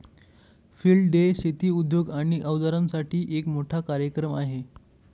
field day शेती उद्योग आणि अवजारांसाठी एक मोठा कार्यक्रम आहे